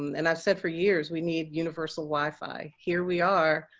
and i said for years we need universal wi-fi. here we are